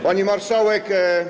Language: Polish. Pani Marszałek!